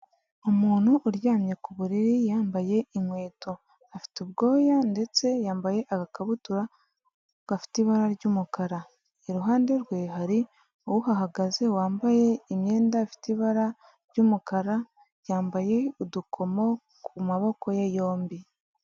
Umuntu uryamye ku buriri yambaye inkweto, afite ubwoya ndetse yambaye agakabutura gafite ibara ry'umukara, iruhande rwe hari uhahagaze wambaye imyenda ifite ibara ry'umukara, yambaye udukomo ku maboko ye yombi.